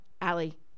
Allie